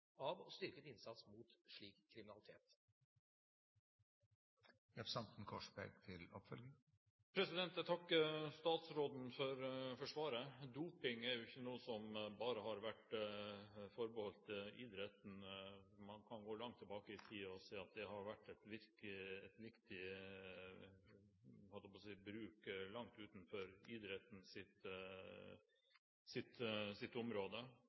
av og styrket innsats mot slik kriminalitet. Jeg takker statsråden for svaret. Doping er ikke noe som bare har vært forbeholdt idretten. Man kan gå langt tilbake i tid og se at det har vært